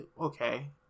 Okay